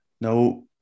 No